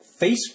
Facebook